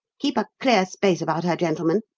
keep a clear space about her, gentlemen.